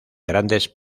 grandes